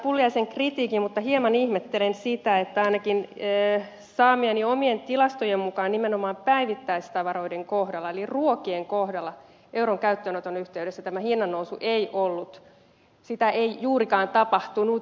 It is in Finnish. pulliaisen kritiikin mutta hieman ihmettelen sitä kun ainakin saamieni tilastojen mukaan nimenomaan päivittäistavaroiden eli ruokien kohdalla euron käyttöönoton yhteydessä tätä hinnannousua ei ollut sitä ei juurikaan tapahtunut